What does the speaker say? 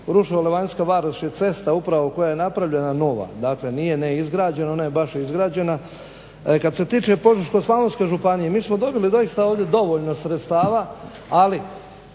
se ne razumije./… je cesta upravo koja je napravljena nova. Dakle, nije neizgrađena. Ona je baš izgrađena. Kad se tiče Požeško-slavonske županije mi smo dobili doista ovdje dovoljno sredstava. Ali